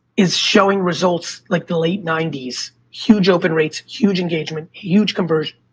is showing results like the late ninety s, huge open rates, huge engagement, huge conversion.